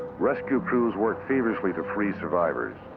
rescue crews worked feverishly to free survivors.